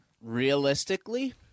Realistically